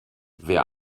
wer